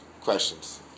Questions